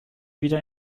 wieder